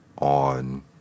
on